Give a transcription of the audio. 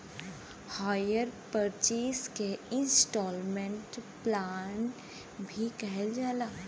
hire purchase के instalment plan भी कहल जाला